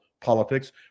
politics